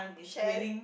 share